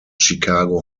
chicago